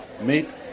meet